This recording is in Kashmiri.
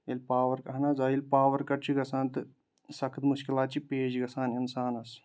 ییٚلہِ پاور اہن حظ آ ییلہِ پاور کَٹ چھُ گژھان تہٕ سَخت مُشکِلات چھِ پیش گژھان اِنسانس